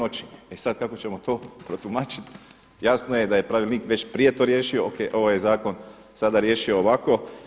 E sada kako ćemo to protumačiti jasno je da je pravilnik već prije to riješio ovaj zakon sada riješio ovako.